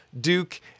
Duke